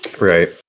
Right